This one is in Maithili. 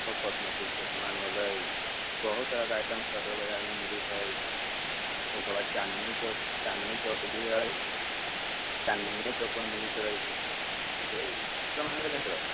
आओर कॉस्मेटिकके सामान होलै बहुत तरह तरहके आइटम सदरो बाजारमे मिलैत हइ ओकर बाद चाँदनी चौक चाँदनी चौक भी हइ चाँदनिओ चौकमे मिलैत रहै मिलैत